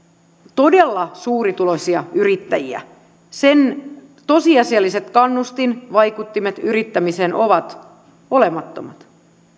todella suurituloisia yrittäjiä sen tosiasialliset kannustinvaikuttimet yrittämiseen ovat olemattomat